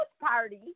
party